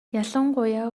ялангуяа